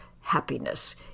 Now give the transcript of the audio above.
happiness